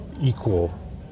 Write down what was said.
equal